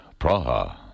Praha